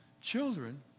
children